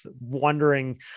wondering